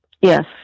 Yes